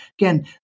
Again